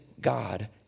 God